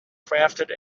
crafted